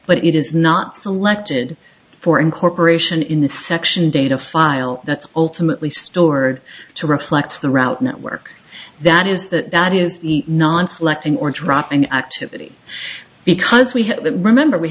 but it is not selected for incorporation in the section data file that's ultimately stored to reflect the route network that is that that is the nonselective or drop in activity because we have to remember we